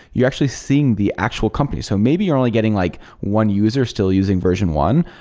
you're actually seeing the actual company. so maybe you're only getting like one user still using version one,